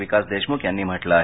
विकास देशमुख यांनी म्हटलं आहे